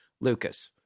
Lucas